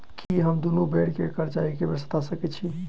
की हम दुनू बेर केँ कर्जा एके बेर सधा सकैत छी?